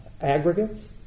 aggregates